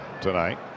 tonight